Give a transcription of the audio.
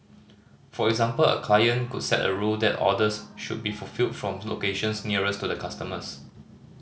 for example a client could set a rule that orders should be fulfilled from locations nearest to customers